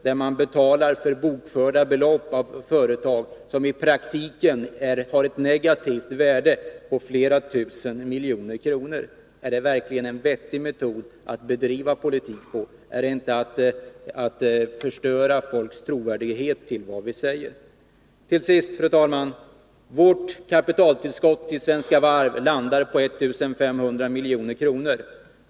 Man skall fortsätta betala för företagens bokförda värde, medan de i praktiken har ett negativt värde på flera tusen miljoner kronor. Är det verkligen ett vettigt sätt att driva politik? Är inte det att förstöra vår trovärdighet kos väljarna för vad vi säger? Fru talman! Till sist vill jag säga att moderaternas förslag till kapitaltillskott till Svenska Varv landar på 1500 milj.kr.